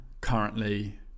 currently